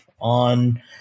on